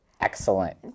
Excellent